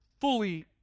fully